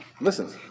Listen